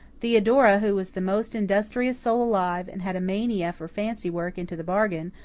theodora, who was the most industrious soul alive, and had a mania for fancy work into the bargain,